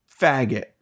faggot